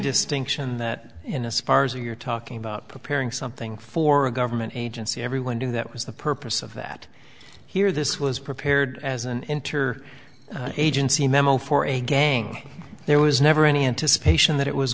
distinction that in a spars way you're talking about preparing something for a government agency everyone knew that was the purpose of that here this was prepared as an interior agency memo for a gang there was never any anticipation that it was